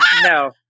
no